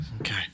Okay